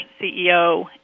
CEO